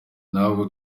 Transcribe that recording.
ntabwo